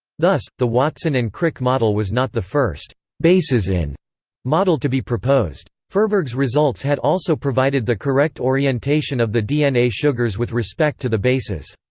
thus, the watson and crick model was not the first bases in model to be proposed. furberg's results had also provided the correct orientation of the dna sugars with respect to the bases.